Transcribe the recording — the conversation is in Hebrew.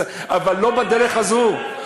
אבל לא בדרך הזאת,